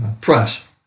press